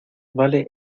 vale